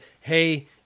hey